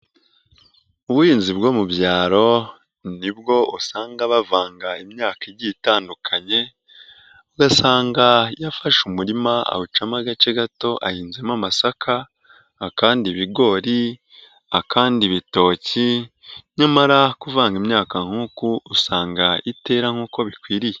Ubuhinzi bwo mu byaro nibwo usanga bavanga imyaka igiye itandukanye ugasanga yafashe umurima awucamo agace gato ahinzemo amasaka, akandi ibigori, akandi ibitoki nyamara kuvanga imyaka nk'uku usanga itera nkuko bikwiriye.